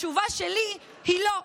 התשובה שלי היא לא,